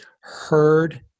heard